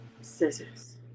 Scissors